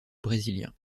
brésilien